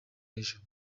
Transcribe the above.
hejuru